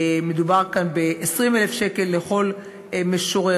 מדובר כאן ב-20,000 שקל לכל משורר,